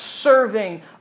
serving